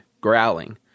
growling